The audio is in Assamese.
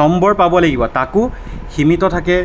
নম্বৰ পাব লাগিব তাকো সীমিত থাকে